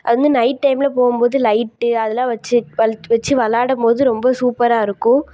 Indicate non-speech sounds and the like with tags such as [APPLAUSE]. வந்து நைட் டைமில் போகும் போது லைட்டு அதெல்லாம் வச்சு [UNINTELLIGIBLE] வச்சு விளாடம்போது ரொம்ப சூப்பராக இருக்கும்